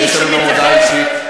יש גם הודעה אישית.